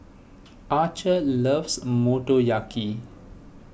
Archer loves Motoyaki